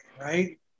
right